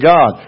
God